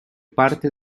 parte